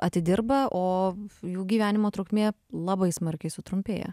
atidirba o jų gyvenimo trukmė labai smarkiai sutrumpėja